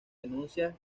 denuncias